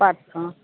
পাত অঁ